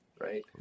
right